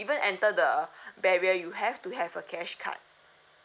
even enter the barrier you have to have a cash card